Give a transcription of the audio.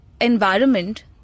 environment